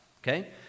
okay